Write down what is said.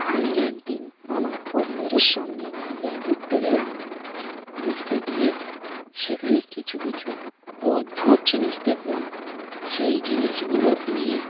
আমি একদিন আমার পরিবারের সঙ্গে দীঘায় ঘুরতে গেলাম ঘুরতে গিয়ে সেখানে কিছু কিছু অদ্ভুত জিনিস দেখলাম সেই জিনিসগুলো নিয়ে